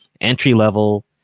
entry-level